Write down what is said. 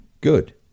good